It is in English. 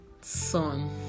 son